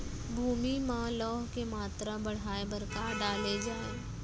भूमि मा लौह के मात्रा बढ़ाये बर का डाले जाये?